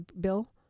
bill